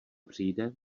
přijde